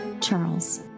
Charles